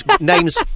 names